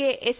K S